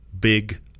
big